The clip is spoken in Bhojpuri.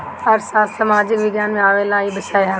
अर्थशास्त्र सामाजिक विज्ञान में आवेवाला विषय हवे